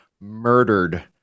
murdered